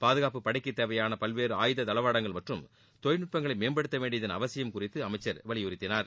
பாதுகாப்புப் படைக்கு தேவையான பல்வேறு ஆயுத தளவாடங்கள் மற்றும் தொழில்நுட்பங்களை மேம்படுத்த வேண்டியதன் அவசியம் குறித்து அமைச்சர் வலியுறுத்தினார்